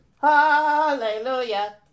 Hallelujah